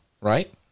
Right